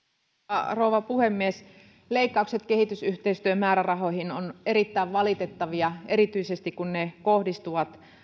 arvoisa rouva puhemies leikkaukset kehitysyhteistyömäärärahoihin ovat erittäin valitettavia erityisesti kun ne kohdistuvat